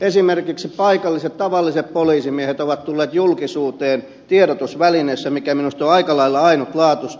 esimerkiksi paikalliset tavalliset poliisimiehet ovat tulleet julkisuuteen tiedotusvälineissä mikä minusta on aika lailla ainutlaatuista